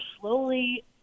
slowly –